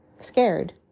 scared